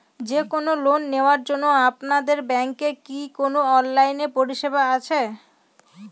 যে কোন লোন নেওয়ার জন্য আপনাদের ব্যাঙ্কের কি কোন অনলাইনে পরিষেবা আছে?